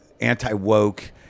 anti-woke